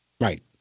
Right